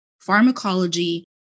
pharmacology